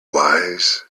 wise